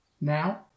now